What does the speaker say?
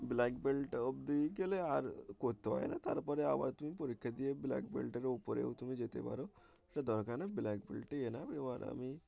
black belt অবধিই গেলে আর করতে হয় না তারপরে আবার তুমি পরীক্ষা দিয়ে ব্ল্যাক বেল্টের ওপরেও তুমি যেতে পারো সেটা দরকার না ব্ল্যাক বেল্টই এনাফ এবার আমি